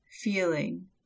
feeling